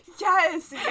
Yes